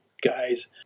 guys